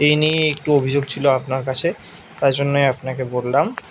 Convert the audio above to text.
এই নিয়েই একটু অভিযোগ ছিল আপনার কাছে তাই জন্যই আপনাকে বললাম